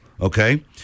okay